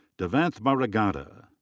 devnath baragada.